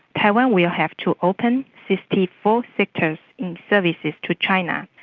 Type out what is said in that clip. taiwan will have to open sixty four sectors in services to china.